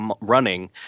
running